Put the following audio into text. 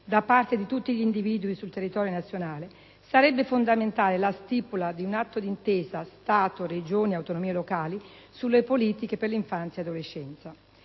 da parte di tutti gli individui sul territorio nazionale, sarebbe fondamentale la stipula di un atto d'intesa tra Stato, Regioni e autonomie locali sulle politiche per l'infanzia e l'adolescenza.